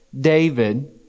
David